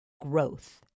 growth